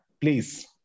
Please